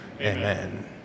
Amen